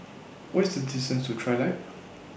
What IS The distance to Trilight